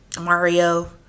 mario